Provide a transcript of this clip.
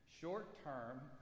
short-term